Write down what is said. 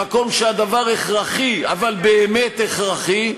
במקום שהדבר הכרחי, אבל באמת הכרחי,